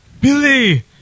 Billy